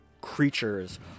creatures